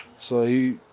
so he